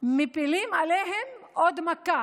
מפילים עליהם עוד מכה.